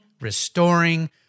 restoring